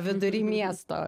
vidury miesto